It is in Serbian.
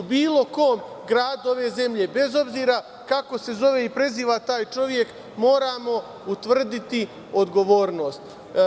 U bilo kom gradu ove zemlje da se desilo, bez obzira kako se zove i preziva taj čovek, moramo utvrditi odgovornost.